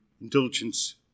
indulgence